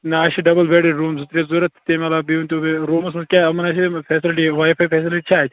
نہ اَسہِ چھِ ڈَبٕل بیٚڈِڈ روٗم زٕ ترٛےٚ ضروٗرَت تَمہِ علاوٕ بیٚیہِ ؤنۍتَو بیٚیہِ روٗمَس منٛز کیٛاہ یِمَن آسِیا یہِ فیسلٹی واے فاے فیسلٹی چھا اَتہِ